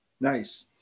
Nice